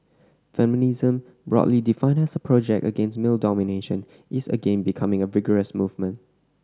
feminism broadly defined as a project against male domination is again becoming a vigorous movement